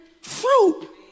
fruit